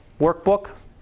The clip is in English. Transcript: workbook